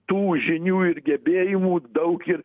tų žinių ir gebėjimų daug ir